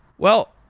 well,